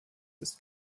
ist